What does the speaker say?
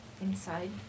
inside